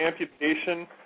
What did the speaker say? amputation